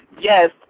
Yes